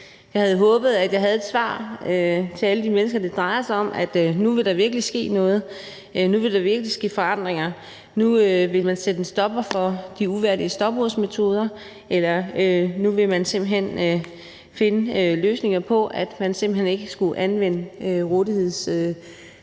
Jeg havde håbet, at jeg havde et svar til alle de mennesker, det drejer sig om, altså at der nu virkelig ville ske noget, at der nu ville ske forandringer, at man nu ville sætte en stopper for de uværdige stopursmetoder, eller at man nu simpelt hen ville finde løsninger på, at man ikke skal anvende rådighedstimer,